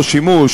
לא שימוש,